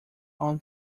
own